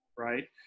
Right